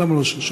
למה לא שומעים?